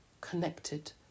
connected